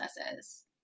processes